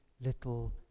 little